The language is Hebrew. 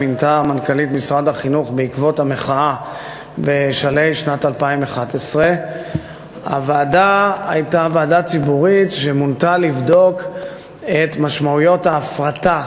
ועדה שמינתה מנכ"לית משרד החינוך בעקבות המחאה בשלהי שנת 2011. הוועדה הייתה ועדה ציבורית שמונתה לבדוק את משמעויות ההפרטה